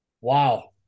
Wow